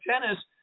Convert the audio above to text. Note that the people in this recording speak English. tennis